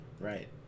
Right